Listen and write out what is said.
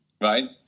right